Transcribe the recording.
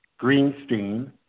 greenstein